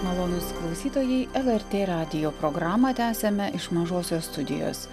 malonūs klausytojai lrt radijo programą tęsiame iš mažosios studijos